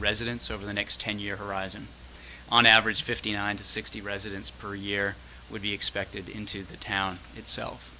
residents over the next ten year horizon on average fifty nine to sixty residents per year would be expected into the town itself